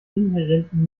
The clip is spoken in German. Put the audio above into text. inhärenten